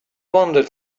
wandered